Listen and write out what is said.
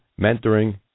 mentoring